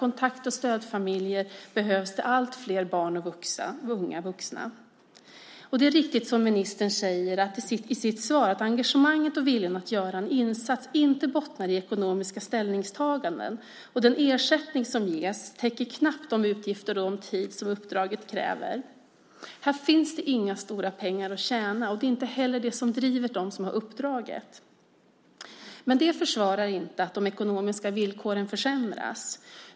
Kontakt och stödfamiljer behövs till allt fler barn och unga vuxna. Det är riktigt som ministern säger i sitt svar att engagemanget och viljan att göra en insats inte bottnar i ekonomiska ställningstaganden. Den ersättning som ges täcker knappt de utgifter och den tid som uppdraget kräver. Det finns inga stora pengar att tjäna. Det är inte heller det som driver dem som har uppdraget. Det försvarar inte att de ekonomiska villkoren försämras.